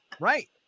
Right